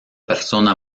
persona